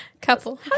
couple